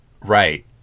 Right